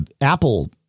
Apple